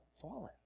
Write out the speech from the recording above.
fallen